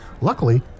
Luckily